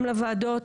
גם לוועדות,